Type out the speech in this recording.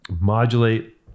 modulate